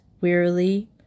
wearily